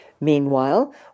Meanwhile